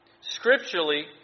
Scripturally